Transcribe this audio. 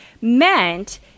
meant